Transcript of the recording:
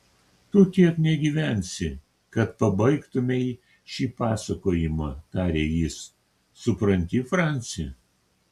tu tiek negyvensi kad pabaigtumei šį pasakojimą tarė jis supranti franci